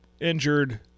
injured